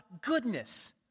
goodness